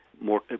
more